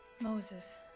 Moses